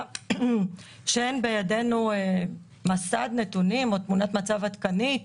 שאין בידינו מסד נתונים או תמונת מצב עדכנית